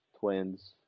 Twins